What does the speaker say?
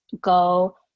go